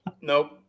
nope